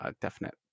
definite